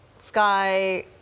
sky